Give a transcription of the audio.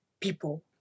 people